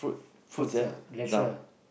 fruits ah that's a